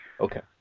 Okay